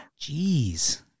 Jeez